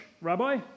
rabbi